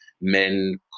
men